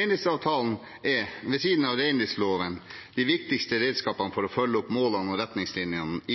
Reindriftsavtalen er, ved siden av reindriftsloven, det viktigste redskapet for å følge opp målene og retningslinjene i